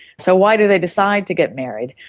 so why do they decide to get married?